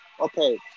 Okay